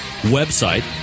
website